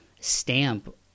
stamp